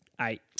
eight